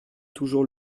toujours